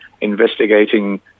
investigating